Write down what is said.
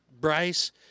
Bryce